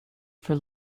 for